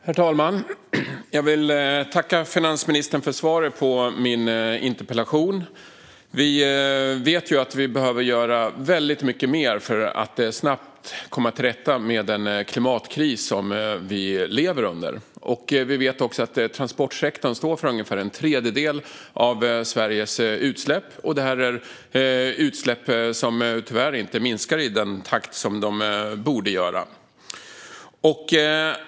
Herr talman! Jag vill tacka finansministern för svaret på min interpellation. Vi vet att vi behöver göra väldigt mycket mer för att snabbt komma till rätta med den klimatkris som vi lever under. Vi vet också att transportsektorn står för ungefär en tredjedel av Sveriges utsläpp. Det är utsläpp som tyvärr inte minskar i den takt som de borde göra.